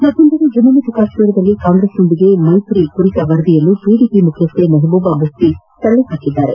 ಮತ್ತೊಂದೆಡೆ ಜಮ್ನು ಮತ್ತು ಕಾಶ್ನೀರದಲ್ಲಿ ಕಾಂಗ್ರೆಸ್ನೊಂದಿಗೆ ಮೈತ್ರಿ ಕುರಿತ ವರದಿಯನ್ನು ಪಿಡಿಪಿ ಮುಖ್ಜಸ್ಥೆ ಮೆಹಬೂಬಾ ಮುಖ್ಜಿ ತಳ್ಳಿ ಹಾಕಿದ್ದಾರೆ